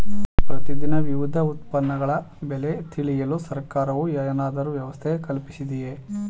ಪ್ರತಿ ದಿನ ವಿವಿಧ ಉತ್ಪನ್ನಗಳ ಬೆಲೆ ತಿಳಿಯಲು ಸರ್ಕಾರವು ಏನಾದರೂ ವ್ಯವಸ್ಥೆ ಕಲ್ಪಿಸಿದೆಯೇ?